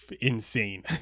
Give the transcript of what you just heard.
insane